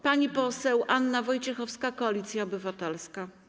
Pani poseł Anna Wojciechowska, Koalicja Obywatelska.